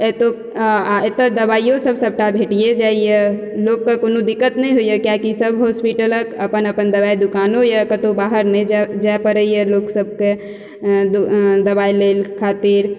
एतु आ एतए दवाइयो सब सबटा भेटिये जाइया लोकके कोनो दिक्कत नहि होइया किएकि सब हॉस्पीटलक अपन अपन दवाइ दुकानो यऽ कतौ बाहर नहि जाए परैया लोक सबके दवाइ लै खातिर